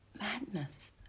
Madness